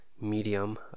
medium